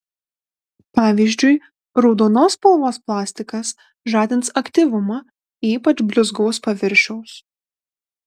pavyzdžiui raudonos spalvos plastikas žadins aktyvumą ypač blizgaus paviršiaus